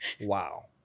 Wow